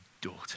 Daughter